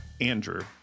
andrew